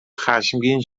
خشمگین